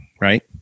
right